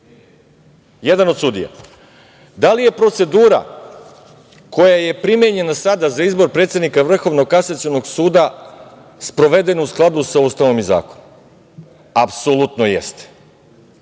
kasacionog suda. Da li je procedura koja je primenjena sada za izbor predsednik Vrhovnog kasacionog suda sprovedena u skladu sa Ustavom i zakonom? Apsolutno jeste.